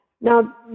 Now